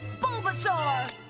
Bulbasaur